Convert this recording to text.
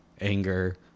anger